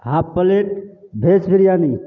half plate veg biryani